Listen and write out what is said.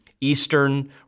Eastern